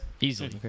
Easily